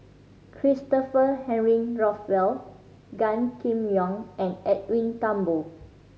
Christopher Henry Rothwell Gan Kim Yong and Edwin Thumboo